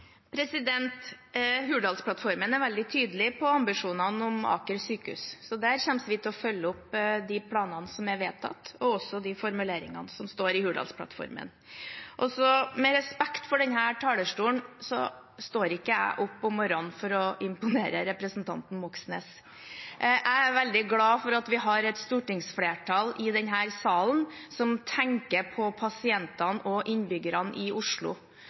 Hurdalsplattformen er veldig tydelig på ambisjonene om Aker sykehus. Så vi kommer til å følge opp de planene som er vedtatt, og også de formuleringene som står i Hurdalsplattformen Med respekt for denne talerstolen: Jeg står ikke opp om morgenen for å imponere representanten Moxnes. Jeg er veldig glad for at vi har et stortingsflertall i denne salen som tenker på pasientene og innbyggerne i Oslo,